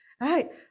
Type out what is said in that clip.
right